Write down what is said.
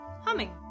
humming